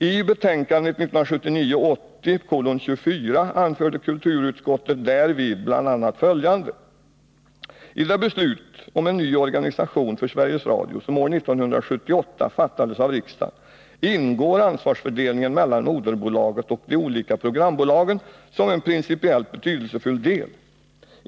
I betänkandet 1979/80:24 anförde kulturutskottet därvid bl.a. följande: ”TI det beslut om en ny organisation för Sveriges Radio som år 1978 fattades av riksdagen ingår ansvarsfördelningen mellan moderbolaget och de olika programbolagen som en principiellt betydelsefull del.